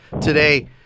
today